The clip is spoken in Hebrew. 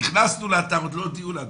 נכנסנו לאתר, עוד לא הודיעו לנו.